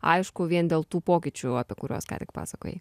aišku vien dėl tų pokyčių apie kuriuos ką tik pasakojai